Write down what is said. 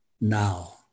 now